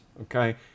Okay